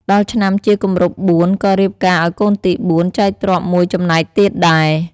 ដល់ឆ្នាំជាគម្រប់ ៤ ក៏រៀបការឱ្យកូនទី ៤ ចែកទ្រព្យ ១ ចំណែកទៀតដែរ ។